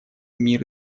мир